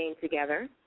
together